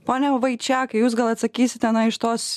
pone vaičiakai jūs gal atsakysit tenai iš tos